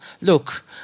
look